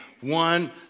one